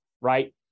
Right